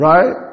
Right